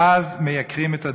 ואז מייקרים את הדירות.